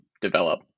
develop